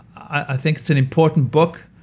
i think it's an important book.